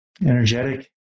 energetic